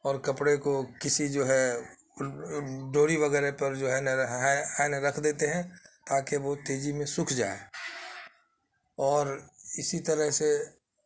اور کپڑے کو کسی جو ہے ڈوری وغیرہ پر جو ہے اے نا رکھ دیتے ہیں تاکہ وہ تیزی میں سوکھ جائے اور اسی طرح سے